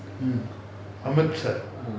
mm amritsar